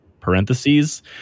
Parentheses